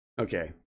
Okay